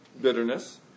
bitterness